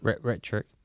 Rhetoric